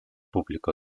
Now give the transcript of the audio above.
público